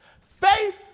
Faith